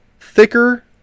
thicker